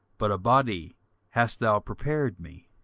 but a body hast thou prepared me